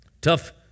Tough